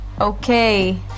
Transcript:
Okay